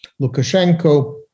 Lukashenko